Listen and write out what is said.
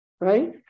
right